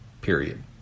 period